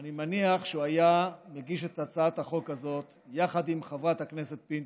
אני מניח שהוא היה מגיש את הצעת החוק הזאת עם חברת הכנסת פינטו.